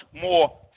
more